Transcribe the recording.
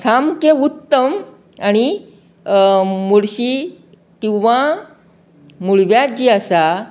सामके उत्तम आनी मुडशीं किंवा मुळग्या जी आसा